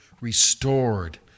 restored